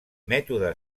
mètode